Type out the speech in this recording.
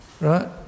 right